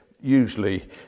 Usually